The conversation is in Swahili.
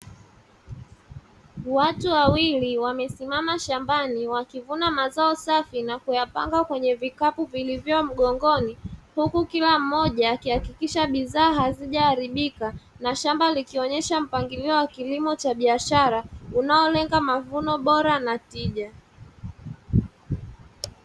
Watu wawili wamesimama shambani, wakivuna mazao safi na kuyapanga kwenye vikapu vilivyo mgongoni, huku kila mmoja akihakikisha bidhaa hazijaharibika na shamba likionyesha mpangilio wa kilimo cha biashara; unaolenga mavuno bora na tija.